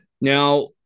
Now